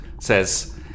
says